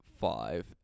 five